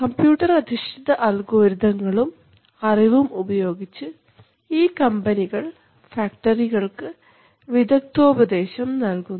computer അധിഷ്ഠിത അൽഗോരിതങ്ങളും അറിവും ഉപയോഗിച്ച് ഈ കമ്പനികൾ ഫാക്ടറികൾക്ക് വിദഗ്ധ ഉപദേശം നൽകുന്നു